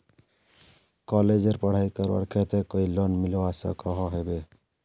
कॉलेजेर पढ़ाई करवार केते कोई लोन मिलवा सकोहो होबे?